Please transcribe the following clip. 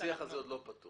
השיח הזה עוד לא פתור.